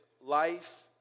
life